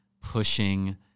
pushing